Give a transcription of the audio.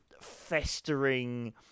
festering